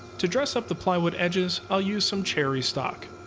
to dress up the plywood edges, i'll use some cherry stock.